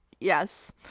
Yes